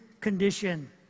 condition